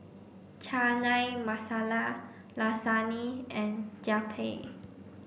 Chana Masala Lasagne and Japchae